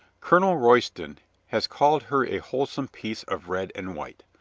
colonel royston has called her a wholesome piece of red and white.